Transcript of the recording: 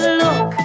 look